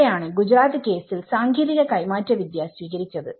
ഇവിടെയാണ് ഗുജറാത്ത് കേസിൽ സാങ്കേതിക കൈമാറ്റ വിദ്യ സ്വീകരിച്ചത്